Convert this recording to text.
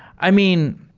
i mean,